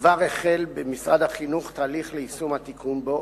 וכבר החל במשרד החינוך תהליך ליישום התיקון שבו,